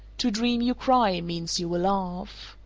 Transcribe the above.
to dream you cry means you will laugh.